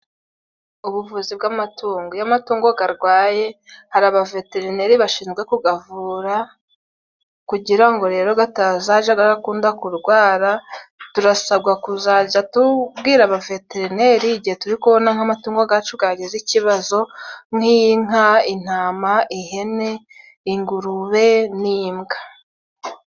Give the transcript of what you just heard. Ubuvuzi bw'amatungo. Iyo amatungo garwaye hari abaveterineri bashinzwe kugavura kugira ngo rero gatazaja garakunda kurwara， turasabwa kuzajya tubwira abaveterineri igihe turi kubona nk'amatungo gacu kagize ikibazo nk'inka， intama， ihene， ingurube n'imbwa.